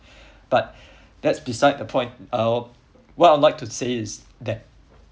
but that's beside the point uh what I'd like to say is that